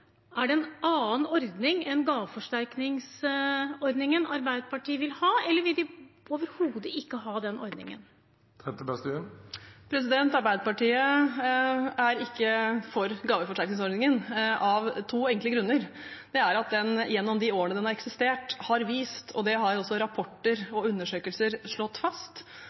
Er det en annen ordning enn gaveforsterkningsordningen Arbeiderpartiet vil ha, eller vil de overhodet ikke ha den ordningen? Arbeiderpartiet er ikke for gaveforsterkningsordningen, av to enkle grunner: Gjennom de årene den har eksistert, har den vist – og dette har også rapporter og undersøkelser slått fast